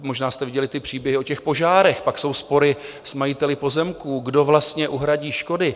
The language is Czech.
Možná jste viděli ty příběhy o těch požárech pak jsou spory s majiteli pozemků, kdo vlastně uhradí škody.